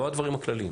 לא הדברים הכלליים,